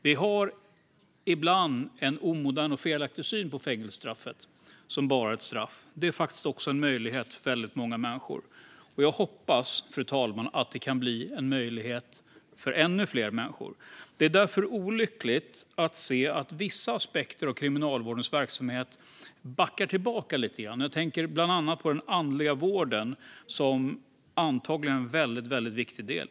Vi har ibland en omodern och felaktig syn på fängelsestraffet som bara ett straff. Det är faktiskt också en möjlighet för många människor. Jag hoppas, fru talman, att det kan bli en möjlighet för ännu fler människor. Det är olyckligt att se att vissa aspekter av kriminalvårdens verksamhet backar tillbaka lite. Jag tänker bland annat på den andliga vården, som antagligen är en viktig del.